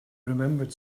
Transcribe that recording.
remembered